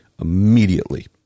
immediately